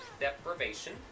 deprivation